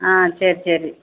ஆ சரி சரி